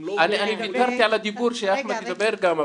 אני ויתרתי על הדיבור כדי שאחמד ידבר גם,